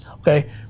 okay